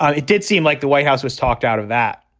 ah it did seem like the white house was talked out of that.